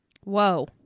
whoa